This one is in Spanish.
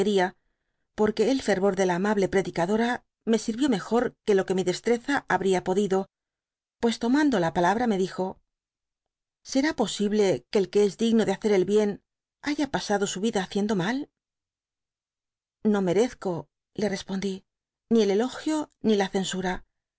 que el fervor de la amable predicadora me sirvió mejor que lo que mi destreza habría podido pues tomando la palabra me dijo a será posible que el que es digno de hacer el bien haya pasado su vida haciendo mal no merezco le respondí ni el elogio ni la censura